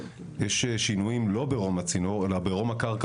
יש שינויים שלא ברום הצינור אלא ברום הקרקע